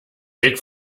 weg